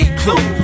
clue